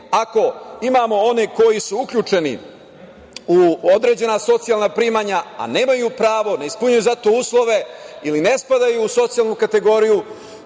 Ako imamo one koji su uključeni u određena socijalna primanja, a nemaju pravo, ne ispunjavaju za to uslove ili ne spadaju u socijalnu kategoriju,